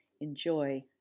Enjoy